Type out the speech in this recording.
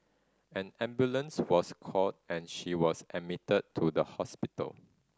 an ambulance was called and she was admitted to the hospital